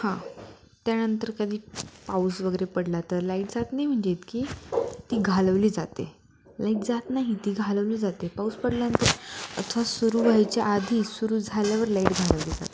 हां त्यानंतर कधी पाऊस वगैरे पडला तर लाईट जात नाही म्हणजे इतकी ती घालवली जाते लाईट जात नाही ती घालवली जाते पाऊस पडल्यानंतर अथवा सुरू व्हायच्या आधी सुरू झाल्यावर लाईट घालवली जाते